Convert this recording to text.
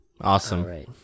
Awesome